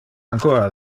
ancora